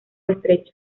estrecho